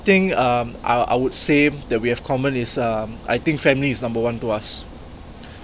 thing uh I I would say that we have in common is uh I think family is number one to us